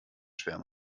schwer